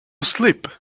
sleep